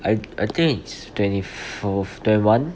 I I think it's twenty fourt~ twenty one